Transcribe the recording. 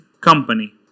company